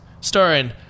Starring